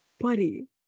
Buddy